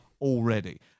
already